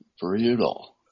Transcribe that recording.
Brutal